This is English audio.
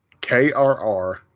K-R-R